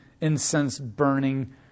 incense-burning